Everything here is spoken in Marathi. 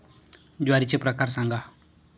ज्वारीचे प्रकार सांगा